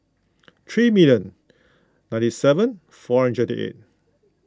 three million ninety seven four hundred twenty eight